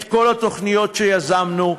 את כל התוכניות שיזמנו,